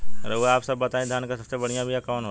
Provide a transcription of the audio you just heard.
रउआ आप सब बताई धान क सबसे बढ़ियां बिया कवन होला?